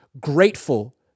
grateful